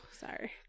Sorry